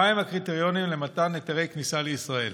מהם הקריטריונים למתן היתרי כניסה לישראל?